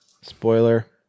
spoiler